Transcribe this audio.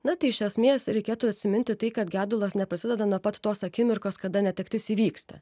na tai iš esmės reikėtų atsiminti tai kad gedulas neprasideda nuo pat tos akimirkos kada netektis įvyksta